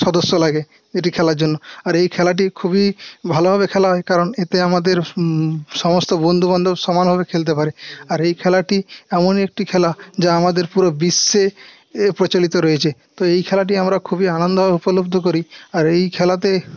সদস্য লাগে এটি খেলার জন্য আর এই খেলাটি খুবই ভালোভাবে খেলা হয় কারণ এতে আমাদের সমস্ত বন্ধু বান্ধব সমানভাবে খেলতে পারে আর এই খেলাটি এমন একটি খেলা যা আমাদের পুরো বিশ্বে এ প্রচলিত রয়েছে তো এই খেলাটি আমরা খুবই আনন্দভাবে উপলব্ধ করি আর এই খেলাতে